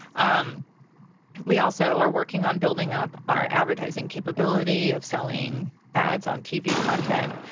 um we also are working on building up our advertising capability of selling ads on tv content.